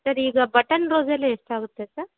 sir ಈಗ button rose ಎಲ್ಲ ಎಷ್ಟಾಗುತ್ತೆ ಸರ್